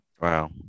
wow